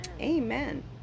Amen